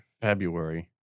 February